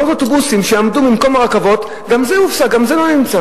מאות אוטובוסים שעמדו במקום הרכבות, גם זה הופסק,